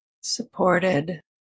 supported